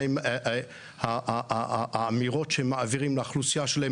מה הן האמירות שהן מעבירות לאוכלוסייה שלהם